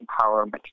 empowerment